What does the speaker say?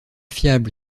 fiable